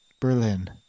Berlin